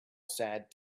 sad